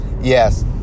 Yes